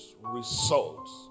results